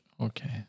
Okay